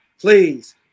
please